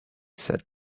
said